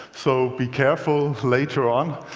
so be careful later on.